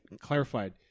clarified